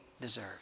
deserve